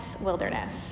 wilderness